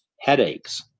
headaches